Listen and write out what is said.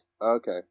okay